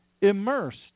immersed